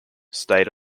stayed